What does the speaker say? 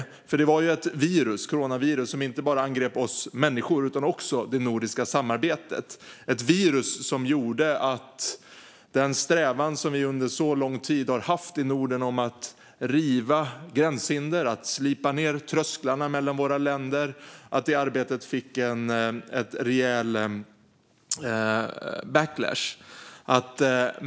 Coronaviruset var ju ett virus som inte bara angrep oss människor utan också det nordiska samarbetet. Det var ett virus som gjorde att det arbete med att riva gränshinder och slipa ned trösklarna mellan våra länder som vi under så lång tid har ägnat oss åt i Norden fick en rejäl backlash.